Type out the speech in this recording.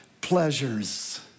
pleasures